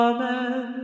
Amen